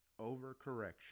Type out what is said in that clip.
overcorrection